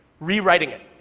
rewriting it.